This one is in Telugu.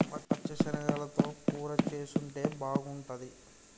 పచ్చ శనగలతో కూర చేసుంటే బాగుంటది